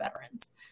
veterans